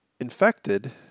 infected